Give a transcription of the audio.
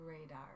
radar